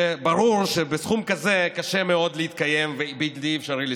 ברור שבסכום כזה קשה מאוד להתקיים ובלתי אפשרי לשרוד.